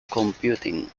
computing